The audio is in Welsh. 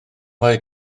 mai